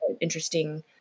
interesting